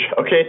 okay